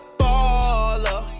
baller